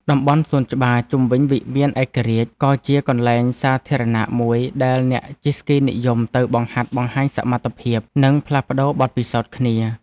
តំបន់សួនច្បារជុំវិញវិមានឯករាជ្យ ក៏ជាកន្លែងសាធារណៈមួយដែលអ្នកជិះស្គីនិយមទៅបង្ហាត់បង្ហាញសមត្ថភាព និងផ្លាស់ប្តូរបទពិសោធន៍គ្នា។